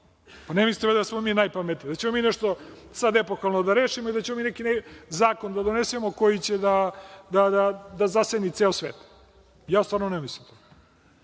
valjda da smo mi najpametniji, da ćemo mi nešto sad epohalno da rešimo i da ćemo mi neki zakon da donesemo koji će da zaseni ceo svet? Ja stvarno ne mislim.